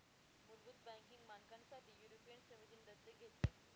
मुलभूत बँकिंग मानकांसाठी युरोपियन समितीने दत्तक घेतले